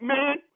Man